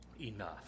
Enough